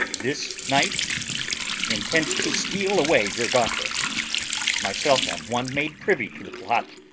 this night intends to steal away your daughter myself am one made privy to the plot.